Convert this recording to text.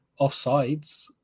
offsides